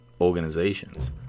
organizations